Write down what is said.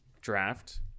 draft